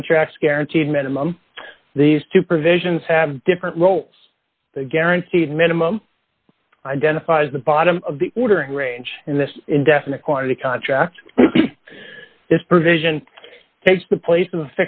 contracts guaranteed minimum these two provisions have different roles the guaranteed minimum identifies the bottom of the ordering range and this indefinite quantity contract this provision takes the place of